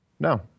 No